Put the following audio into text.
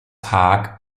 haag